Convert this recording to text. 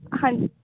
ਹਾਂਜੀ